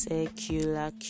Secular